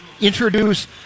introduce